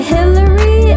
Hillary